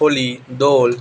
Holi Dol